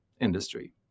industry